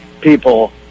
people